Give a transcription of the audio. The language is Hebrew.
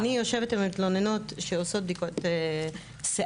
אני יושבת עם מתלוננת שעושות בדיקות שיער,